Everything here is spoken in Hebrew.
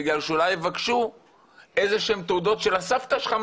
בגלל שאולי יבקשו תעודות של הסבתא שלך,